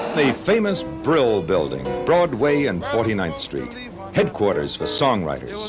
the famous brill building, broadway and forty nine street headquarters for songwriters,